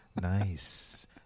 nice